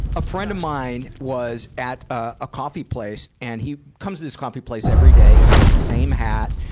a friend of mine was at a, a coffee place, and he comes to this coffee place every day, wears the same hat.